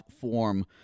form